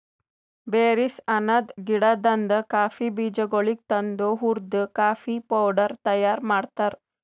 berries ಅನದ್ ಗಿಡದಾಂದ್ coffee ಬೀಜಗೊಳಿಗ್ ತಂದು ಹುರ್ದು ಕಾಫಿ ಪೌಡರ್ ತೈಯಾರ್ ಮಾಡ್ತಾರ್